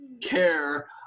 care